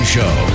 Show